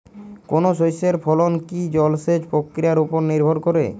কোনো শস্যের ফলন কি জলসেচ প্রক্রিয়ার ওপর নির্ভর করে?